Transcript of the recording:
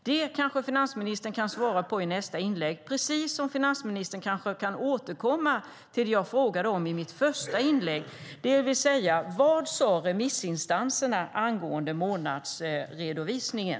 Det kanske finansministern kan svara på i nästa inlägg, precis som finansministern kanske kan återkomma till det som jag frågade om i mitt första inlägg, det vill säga: Vad sade remissinstanserna angående månadsredovisningen?